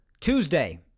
Tuesday